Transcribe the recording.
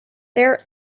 there